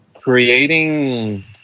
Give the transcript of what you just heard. creating